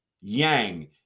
yang